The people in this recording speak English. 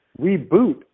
reboot